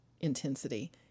intensity